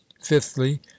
Fifthly